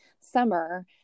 summer